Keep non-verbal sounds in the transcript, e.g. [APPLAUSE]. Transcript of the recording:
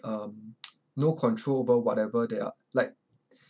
um [NOISE] no control over whatever they are like